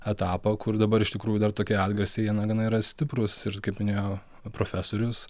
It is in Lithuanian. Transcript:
etapą kur dabar iš tikrųjų dar tokie atgarsiai jie na gana yra stiprūs ir kaip minėjo profesorius